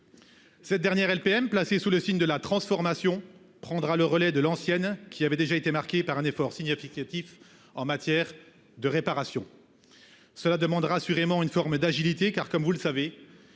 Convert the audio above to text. Cette dernière LPM placée sous le signe de la transformation prendra le relais de l'ancienne qui avait déjà été marqué par un effort significatif en matière de réparation. Cela demandera assurément une forme et d'agilité car comme vous le savez.